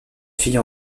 fille